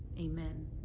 Amen